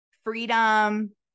Freedom